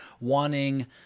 wanting—